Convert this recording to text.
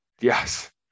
yes